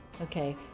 Okay